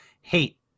hate